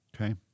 Okay